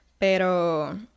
Pero